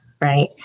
right